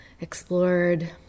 explored